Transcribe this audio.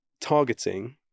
targeting